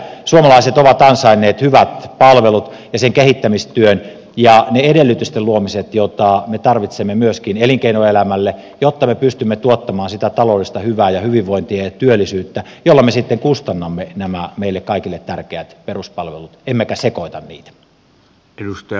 suomalaiset ovat ansainneet hyvät palvelut ja sen kehittämistyön ja ne edellytysten luomiset jota me tarvitsemme myöskin elinkeinoelämälle jotta me pystymme tuottamaan sitä taloudellista hyvää ja hyvinvointia ja työllisyyttä jolla me sitten kustannamme nämä meille kaikille tärkeät peruspalvelut emmekä sekoita niitä